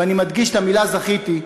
ואני מדגיש את המילה זכיתי,